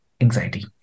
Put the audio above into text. anxiety